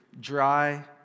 dry